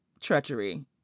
treachery